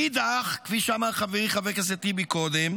מאידך, כפי שאמר חברי חבר הכנסת טיבי קודם,